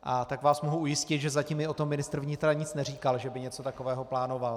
A tak vás mohu ujistit, že zatím mi o tom ministr vnitra nic neříkal, že by něco takového plánoval.